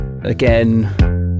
again